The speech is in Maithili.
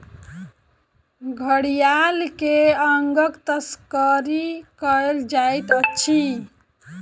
घड़ियाल के अंगक तस्करी कयल जाइत अछि